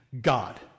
God